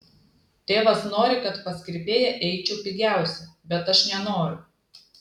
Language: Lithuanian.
tėvas nori kad pas kirpėją eičiau pigiausia bet aš nenoriu